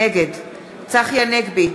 נגד צחי הנגבי,